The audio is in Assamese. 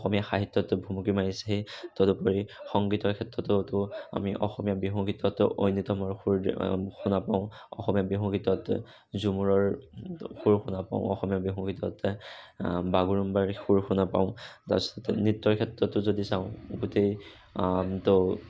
অসমীয়া সাহিত্যত ভুমুকি মাৰিছেহি তদুপৰি সংগীতৰ ক্ষেত্ৰতো তো আমি অসমীয়া বিহুগীতটো ঐনিতমৰ সুৰ শুনা পাওঁ অসমীয়া বিহুগীতত ঝুমুৰৰ সুৰ শুনা পাওঁ অসমীয়া বিহুগীতত বাগৰুম্বাৰ সুৰ শুনা পাওঁ তাৰপিছতে নৃত্যৰ ক্ষেত্ৰতো যদি চাঁও গোটেই তো